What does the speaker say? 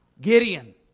Gideon